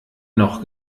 noch